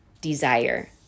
desire